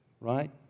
right